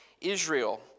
Israel